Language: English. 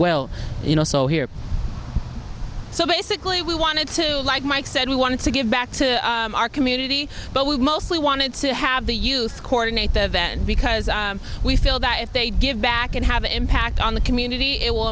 well you know so here so basically we wanted to like mike said we wanted to give back to our community but we mostly wanted to have the youth coordinate their event because we feel that if they give back and have an impact on the community it will